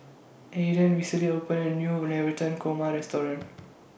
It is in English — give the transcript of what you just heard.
Ayden recently opened A New Navratan Korma Restaurant